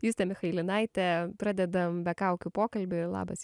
juste michailinaite pradedam be kaukių pokalbį labas